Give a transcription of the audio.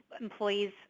employees